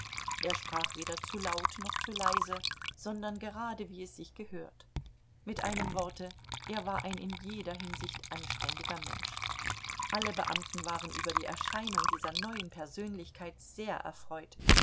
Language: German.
er sprach weder zu laut noch zu leise sondern gerade wie es sich gehört mit einem worte er war ein in jeder hinsicht anständiger mensch alle beamten waren über die erscheinung dieser neuen persönlichkeit sehr erfreut